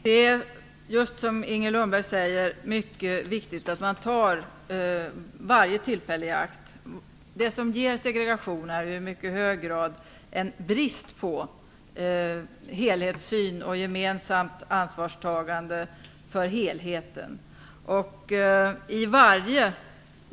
Fru talman! Det är mycket viktigt att man tar varje tillfälle i akt, precis som Inger Lundberg säger. Det som ger segregation är i mycket hög grad en brist på helhetsyn och gemensamt ansvarstagande för helheten.